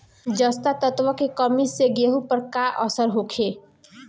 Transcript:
जस्ता तत्व के कमी से गेंहू पर का असर होखे?